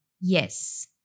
Yes